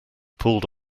pulled